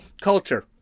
Culture